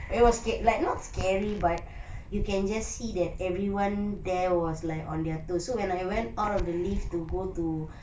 but it was scared like not scary but you can just see that everyone there was like on their toes so when I went out of the lift to go to